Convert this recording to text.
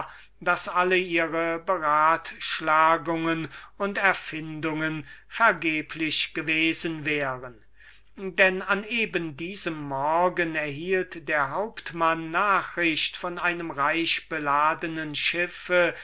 daß alle ihre beratschlagungen und erfindungen vergeblich gewesen wären denn an eben diesem morgen erhielt der hauptmann nachricht von einem reichbeladnen schiffe